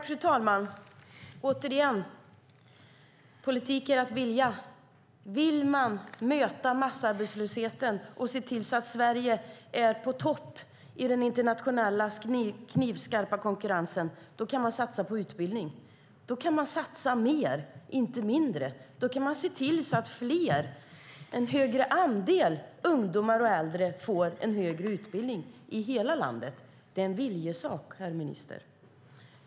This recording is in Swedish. Fru talman! Återigen: Politik är att vilja. Vill man möta massarbetslösheten och se till att Sverige är på topp i den internationella knivskarpa konkurrensen kan man satsa på utbildning. Då kan man satsa mer, inte mindre. Då kan man se till att fler, en större andel, ungdomar och äldre får en högre utbildning i hela landet. Det är en viljesak, herr minister.